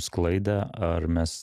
sklaidą ar mes